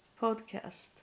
podcast